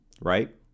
right